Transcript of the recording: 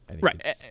Right